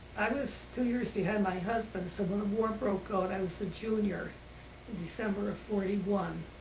i was two years behind my husband, so when the war broke out i was a junior in december of forty one.